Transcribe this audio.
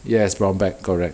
yes brown bag correct